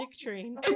train